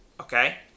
okay